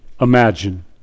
Imagine